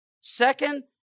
Second